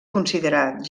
considerat